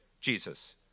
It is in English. Jesus